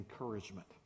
encouragement